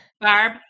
Barb